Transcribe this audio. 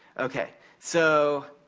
okay, so,